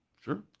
Sure